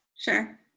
Sure